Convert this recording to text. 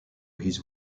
his